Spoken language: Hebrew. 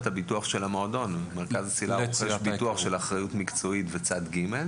קופות החולים לילדים עם הפרעות קשב וריכוז,